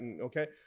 okay